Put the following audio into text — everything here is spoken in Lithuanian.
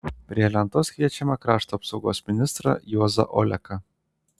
prie lentos kviečiame krašto apsaugos ministrą juozą oleką